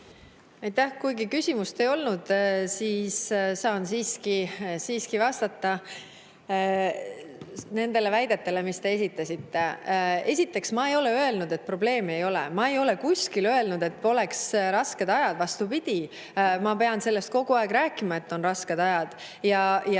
Kuigi küsimust ei olnud, saan siiski vastata nendele väidetele, mille te esitasite. Esiteks, ma ei ole öelnud, et probleeme ei ole. Ma ei ole kuskil öelnud, et poleks rasked ajad. Vastupidi, ma pean sellest kogu aeg rääkima, et on rasked ajad, ja